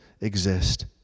exist